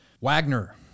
wagner